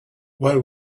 well